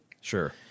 Sure